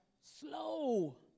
Slow